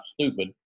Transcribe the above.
stupid